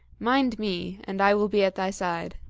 mind me, and i will be at thy side.